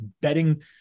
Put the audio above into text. betting